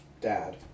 dad